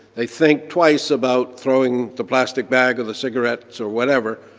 they think twice about throwing the plastic bag or the cigarettes, or whatever,